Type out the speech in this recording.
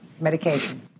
medication